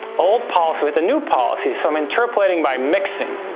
old policy with the new policy. so, i'm interpolating by mixing,